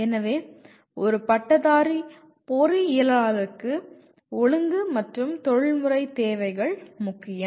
எனவே ஒரு பட்டதாரி பொறியியலாளருக்கு ஒழுங்கு மற்றும் தொழில்முறை தேவைகள் முக்கியம்